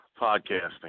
podcasting